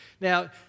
Now